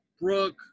Brooke